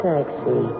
taxi